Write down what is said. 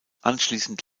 anschließend